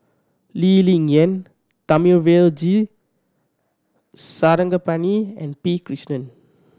Lee Ling Yen Thamizhavel G Sarangapani and P Krishnan